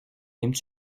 aimes